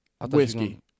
Whiskey